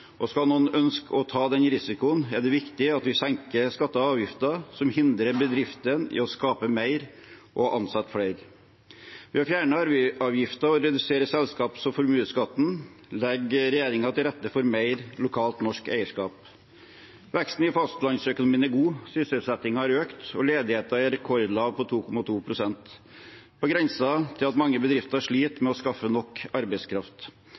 Skal noen ønske å ta den risikoen, er det viktig at vi senker skatter og avgifter som hindrer bedriftene i å skape mer og ansette flere. Ved å fjerne arveavgiften og redusere selskaps- og formueskatten legger regjeringen til rette for mer lokalt, norsk eierskap. Veksten i fastlandsøkonomien er god, sysselsettingen har økt, og ledigheten er på rekordlave 2,2 pst. – på grensen til at mange bedrifter sliter med å skaffe nok arbeidskraft.